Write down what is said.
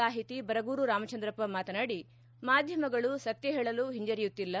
ಸಾಹಿತಿ ಬರಗೂರು ರಾಮಚಂದ್ರಪ್ಪ ಮಾತನಾಡಿ ಮಾಧ್ವಮಗಳು ಸತ್ಯ ಹೇಳಲು ಹಿಂಜರಿಯುತ್ತಿಲ್ಲ